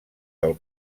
del